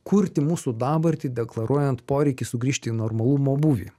kurti mūsų dabartį deklaruojant poreikį sugrįžt į normalumo būvį